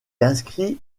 inscrit